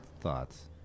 thoughts